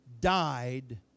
died